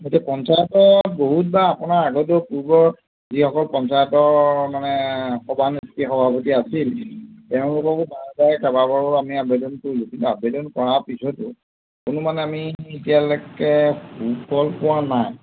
গতিকে পঞ্চায়ত বহুতবাৰ আপোনাৰ আগতো পূৰ্বৰ যিসকল পঞ্চায়তৰ মানে সভানেত্ৰী সভাপতি আছিল তেওঁলোককো বাৰে বাৰে কেইবাবাৰো আমি আৱেদন কৰিলোঁ কিন্তু আৱেদন কৰাৰ পিছতো কোনো মানে আমি এতিয়ালৈকে ফল পোৱা নাই